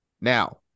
now